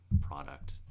product